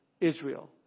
Israel